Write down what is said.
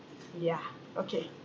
yeah okay